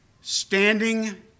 standing